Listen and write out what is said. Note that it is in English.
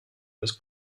was